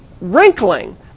wrinkling